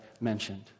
mentioned